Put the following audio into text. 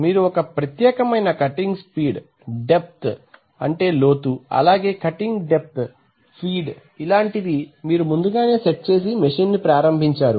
మీరు ఒక ప్రత్యేకమైన కటింగ్ స్పీడ్ డెప్త్ లోతు అలాగే కటింగ్ డెప్త్ ఫీడ్ ఇలాంటివి మీరు ముందుగానే సెట్ చేసి మెషిన్ ప్రారంభించారు